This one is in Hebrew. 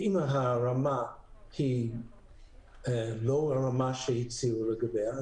אם הרמה היא לא רמה שהציעו לגביה,